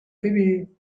فیبی